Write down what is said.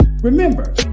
Remember